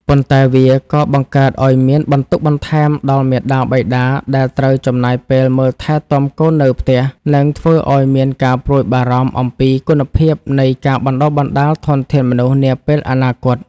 ប៉ុន្តែវាក៏បង្កើតឱ្យមានបន្ទុកបន្ថែមដល់មាតាបិតាដែលត្រូវចំណាយពេលមើលថែទាំកូននៅផ្ទះ និងធ្វើឱ្យមានការព្រួយបារម្ភអំពីគុណភាពនៃការបណ្ដុះបណ្ដាលធនធានមនុស្សនាពេលអនាគត។